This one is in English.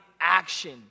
action